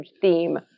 theme